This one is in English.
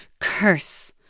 Curse